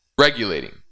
regulating